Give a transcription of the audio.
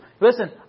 Listen